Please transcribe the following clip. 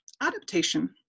Adaptation